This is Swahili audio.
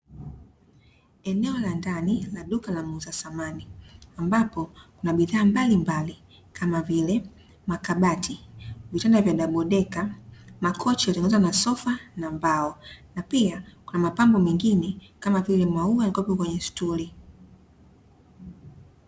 Eneo la ndani la duka la muuza samani, ambapo lina bidhaa mbalimbali, kama vile makabati, vitanda vya dabo deka, makochi yaliyotengenezwa kwa sofa na mbao, na pia kuna mapambo mengine kama vile, maua ya kuweka kwenye stuli.